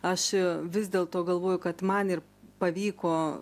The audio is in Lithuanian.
aš vis dėl to galvoju kad man ir pavyko